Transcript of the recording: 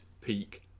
peak